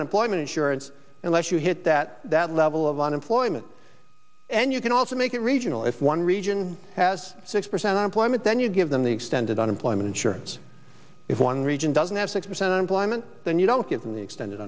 unemployment insurance unless you hit that level of unemployment and you can also make it regional if one region has six percent unemployment then you give them the extended unemployment insurance if one region doesn't have six percent unemployment then you don't get an extended